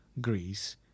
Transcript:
greece